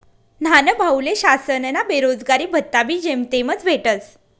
न्हानभाऊले शासनना बेरोजगारी भत्ताबी जेमतेमच भेटस